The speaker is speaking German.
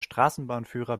straßenbahnführer